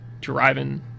driving